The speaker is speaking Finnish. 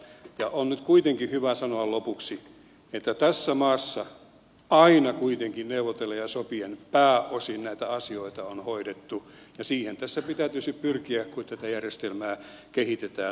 ja on nyt kuitenkin hyvä sanoa lopuksi että tässä maassa aina kuitenkin pääosin neuvotellen ja sopien näitä asioita on hoidettu ja siihen tässä pitää tietysti pyrkiä kun tätä järjestelmää kehitetään